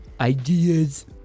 ideas